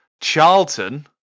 Charlton